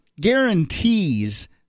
guarantees